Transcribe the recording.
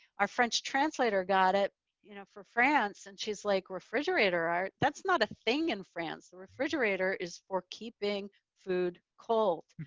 our french translator got it you know for france. and she's like refrigerator art? that's not a thing in france. the refrigerator is for keeping food cold.